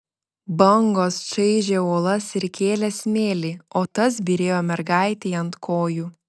bangos čaižė uolas ir kėlė smėlį o tas byrėjo mergaitei ant kojų